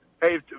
Hey